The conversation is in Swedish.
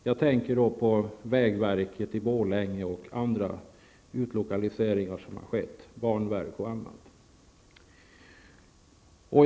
Jag tänker då på vägverket i Borlänge och andra utlokaliseringar som skett, banverket osv.